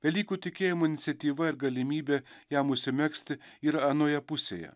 velykų tikėjimo iniciatyva ir galimybė jam užsimegzti ir anoje pusėje